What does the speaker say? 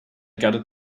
gotta